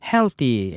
Healthy